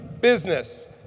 business